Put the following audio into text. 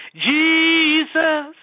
Jesus